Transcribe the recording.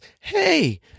hey